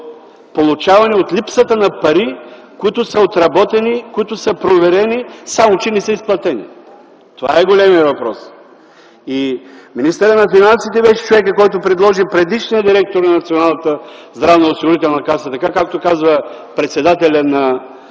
получаване, от липсата на пари, които са отработени, които са проверени, само че не са изплатени. Това е големият въпрос. Министърът на финансите беше човекът, който предложи предишния директор на Националната здравноосигурителна каса, така както каза председателят на